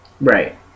right